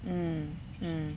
mm mm